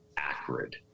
acrid